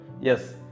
yes